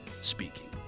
speaking